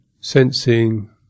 Sensing